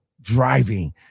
driving